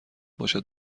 باشد